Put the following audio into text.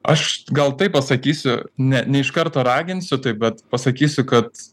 aš gal taip pasakysiu ne ne iš karto raginsiu taip bet pasakysiu kad